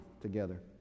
together